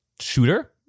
shooter